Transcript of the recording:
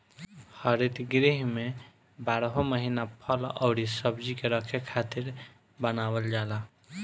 हरित गृह में बारहो महिना फल अउरी सब्जी के रखे खातिर बनावल जाला